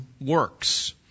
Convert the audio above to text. works